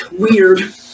Weird